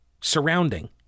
surrounding